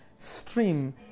stream